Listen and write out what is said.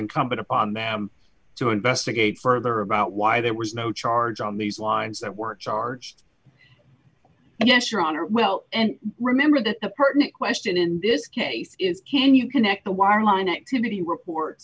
incumbent upon them to investigate further about why there was no charge on these lines that were charged yes your honor well and remember that the pertinent question in this case is can you connect the wireline activity report